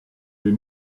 les